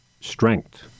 strength